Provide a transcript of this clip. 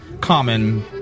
common